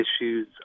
issues